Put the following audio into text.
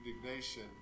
indignation